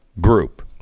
group